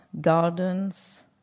gardens